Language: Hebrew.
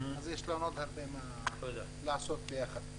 אז יש לנו עוד הרבה מה לעשות יחד.